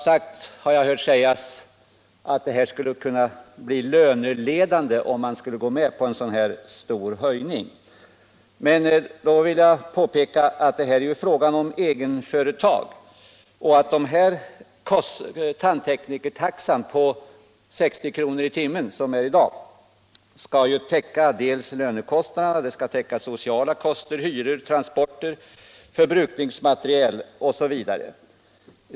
Jag har hört sägas att det skulle kunna bli löneledande, om man gick med på en så kraftig ökning, men jag vill påpeka att det här är fråga om egenföretag. Tandteknikertaxan på 60 kr. i timmen skall alltså täcka inte bara lönekostnader utan också sociala kostnader, hyror, transportkostnader, kostnader för förbrukningsmaterial osv.